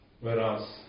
Whereas